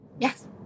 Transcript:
Yes